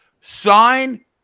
Sign